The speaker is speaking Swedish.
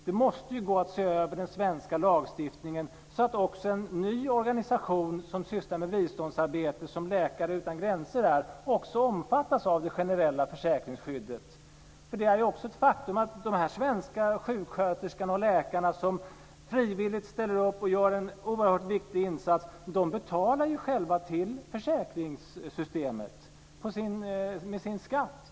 Det måste gå att se över den svenska lagstiftningen så att också en ny organisation som sysslar med biståndsarbete, som Läkare utan gränser är, kan omfattas av det generella försäkringsskyddet. Det är ju också ett faktum att de här svenska sjuksköterskorna och läkarna som frivilliga ställer upp och gör en oerhört viktig insats själva betalar till försäkringssystemet med sin skatt.